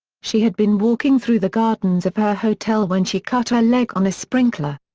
she had been walking through the gardens of her hotel when she cut her leg on a sprinkler.